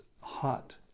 hot